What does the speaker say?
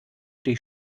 die